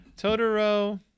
totoro